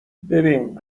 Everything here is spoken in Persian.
ببین